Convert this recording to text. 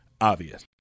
obvious